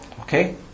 Okay